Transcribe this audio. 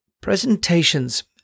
Presentations